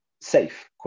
safe